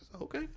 okay